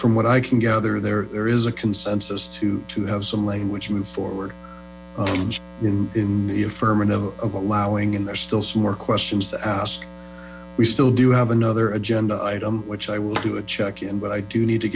from what i can gather there is a consensus to to have some which move forward in the affirmative of allowing and there's still some more questions to ask we still do have another agenda item which i will do a ceck in but i do need to